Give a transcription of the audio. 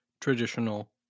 traditional